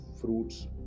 fruits